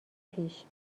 پیش